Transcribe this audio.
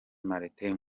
martin